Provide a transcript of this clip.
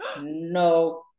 no